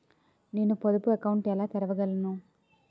నేను పొదుపు అకౌంట్ను ఎలా తెరవగలను?